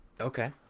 Okay